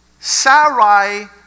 Sarai